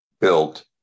built